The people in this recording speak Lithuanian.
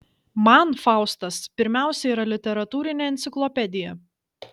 man faustas pirmiausia yra literatūrinė enciklopedija